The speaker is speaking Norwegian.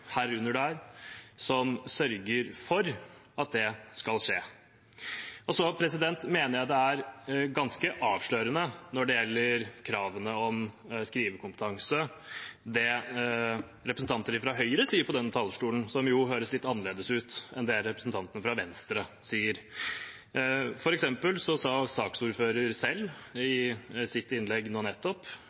som sørger for at det skal skje. Når det gjelder kravene til skrivekompetanse, mener jeg det representanter fra Høyre sier fra denne talerstolen, er ganske avslørende og høres litt annerledes ut enn det representantene fra Venstre sier. For eksempel sa saksordføreren selv i sitt innlegg nå nettopp